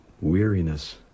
weariness